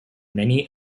many